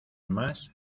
más